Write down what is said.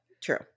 True